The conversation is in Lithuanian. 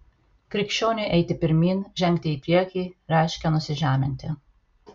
krikščioniui eiti pirmyn žengti į priekį reiškia nusižeminti